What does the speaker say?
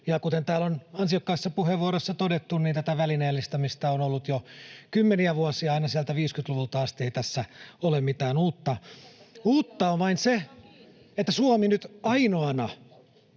kuten täällä on ansiokkaissa puheenvuoroissa todettu, niin tätä välineellistämistä on ollut jo kymmeniä vuosia aina sieltä 1950-luvulta asti, ei tässä ole mitään uutta. [Suna Kymäläisen välihuuto] Uutta on vain se, että Suomi nyt ainoana